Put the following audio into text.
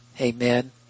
Amen